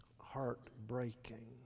heartbreaking